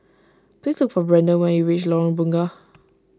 please look for Brandan when you reach Lorong Bunga